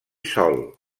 sòl